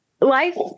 life